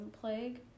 plague